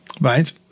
right